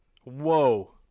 Whoa